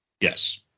Yes